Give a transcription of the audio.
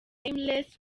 nameless